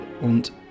und